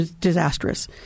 disastrous